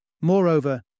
Moreover